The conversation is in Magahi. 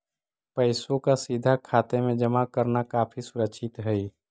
पैसों का सीधा खाते में जमा करना काफी सुरक्षित हई